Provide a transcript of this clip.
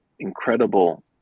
incredible